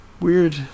weird